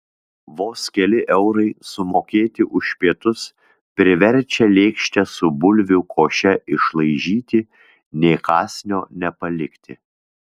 vos keli eurai sumokėti už pietus priverčia lėkštę su bulvių koše išlaižyti nė kąsnio nepalikti